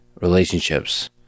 relationships